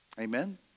Amen